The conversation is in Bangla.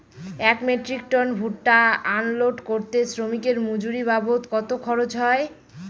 এক মেট্রিক টন ভুট্টা আনলোড করতে শ্রমিকের মজুরি বাবদ কত খরচ হয়?